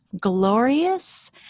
glorious